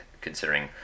considering